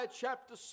chapter